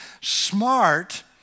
smart